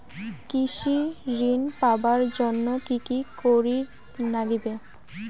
কৃষি ঋণ পাবার জন্যে কি কি করির নাগিবে?